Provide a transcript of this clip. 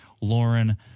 Lauren